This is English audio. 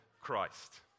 Christ